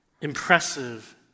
impressive